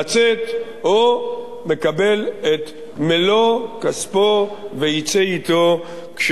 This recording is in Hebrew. הוא מקבל את מלוא כספו ויצא אתו כששכרו בידו.